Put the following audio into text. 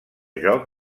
joc